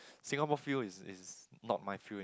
Singapore fuel is is not my fuel in